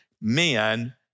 men